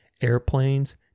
airplanes